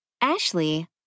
Ashley